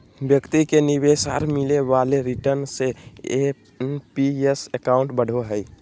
व्यक्ति के निवेश और मिले वाले रिटर्न से एन.पी.एस अकाउंट बढ़ो हइ